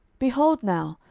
behold now,